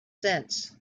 since